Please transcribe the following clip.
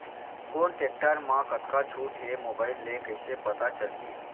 कोन टेकटर म कतका छूट हे, मोबाईल ले कइसे पता चलही?